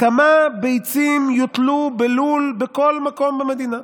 לכמה ביצים יוטלו בלול בכל מקום במדינה,